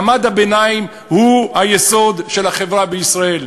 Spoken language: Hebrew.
מעמד הביניים הוא היסוד של החברה בישראל,